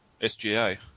SGA